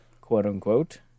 quote-unquote